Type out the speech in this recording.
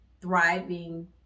thriving